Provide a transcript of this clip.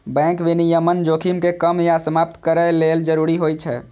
bank विनियमन जोखिम कें कम या समाप्त करै लेल जरूरी होइ छै